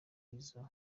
izo